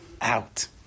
Out